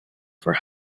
for